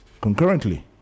concurrently